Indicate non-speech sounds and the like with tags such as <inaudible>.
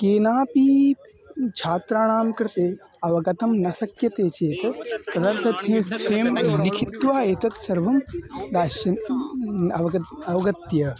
केनापि छात्राणां कृते अवगतं न शक्यते चेत् तदर्थं <unintelligible> लिखित्वा एतत् सर्वं दास्यन्ति अवगमः अवगत्य